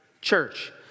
church